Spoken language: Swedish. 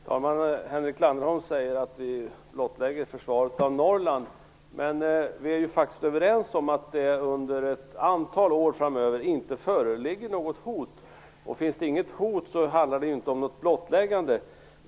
Herr talman! Henrik Landerholm säger att vi blottlägger försvaret av Norrland. Men vi är ju faktiskt överens om att det under ett antal år framöver inte föreligger något hot. Finns det inte något hot handlar det inte heller om något blottläggande.